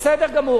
בסדר גמור.